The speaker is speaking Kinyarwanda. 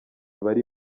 bari